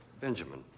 Benjamin